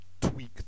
tweak